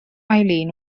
eileen